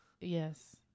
Yes